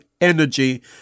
energy